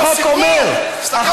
החוק אומר, תסתכל בסיכום.